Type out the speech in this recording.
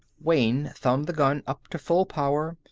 wayne thumbed the gun up to full power,